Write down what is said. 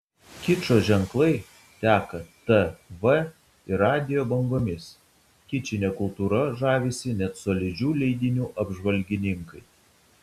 kičo ženklai teka tv ir radijo bangomis kičine kultūra žavisi net solidžių leidinių apžvalgininkai